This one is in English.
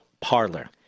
Parlor